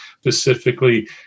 specifically